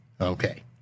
Okay